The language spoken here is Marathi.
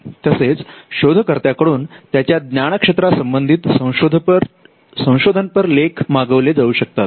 तसेच शोधकर्त्या कडून त्याच्या ज्ञानक्षेत्रा संबंधित संशोधन पर लेख मागविले जाऊ शकतात